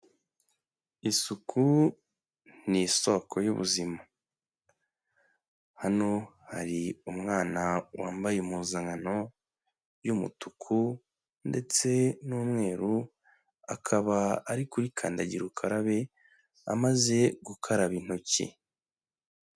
Isuku ni isoko y'ubuzima hano hari umwana wambaye impuzankano y'umutuku ndetse n'umweru, akaba ari kuri kandagira ukarabe amaze gukaraba intoki.